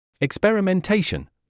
Experimentation